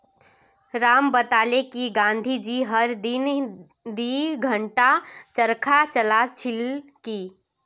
राम बताले कि गांधी जी हर दिन दी घंटा चरखा चला छिल की